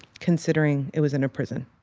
considering it was in a prison.